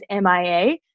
MIA